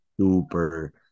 super